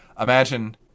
Imagine